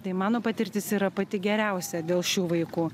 tai mano patirtis yra pati geriausia dėl šių vaikų